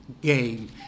game